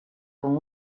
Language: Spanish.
con